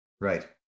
right